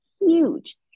huge